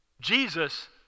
Jesus